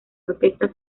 orquesta